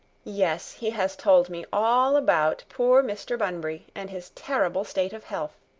yes, he has told me all about poor mr. bunbury, and his terrible state of health.